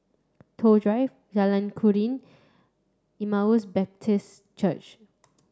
Toh Drive Jalan Keruing Emmaus Baptist Church